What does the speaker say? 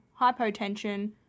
hypotension